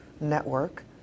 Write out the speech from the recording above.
network